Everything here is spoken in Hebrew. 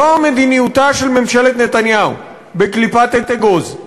זו מדיניותה של ממשלת נתניהו בקליפת אגוז: